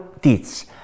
deeds